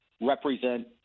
represent